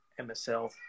MSL